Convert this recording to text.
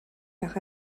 par